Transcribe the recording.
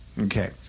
Okay